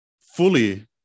fully